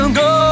go